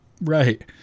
Right